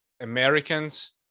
americans